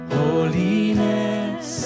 holiness